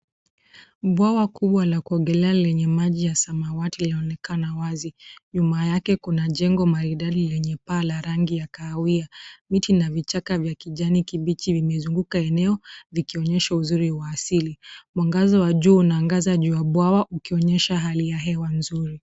Bwawa kubwa la kuogelea lenye maji ya samawati linaonekana wazi. Nyuma yake kuna jengo maridadi lenye paa la rangi ya kahawia. Miti na vichaka vya kijani kibichi vimezunguka eneo , vikionyesha uzuri wa asili. Mwangaza wa jua unaangaza juu ya bwawa ukionyesha hali ya hewa nzuri.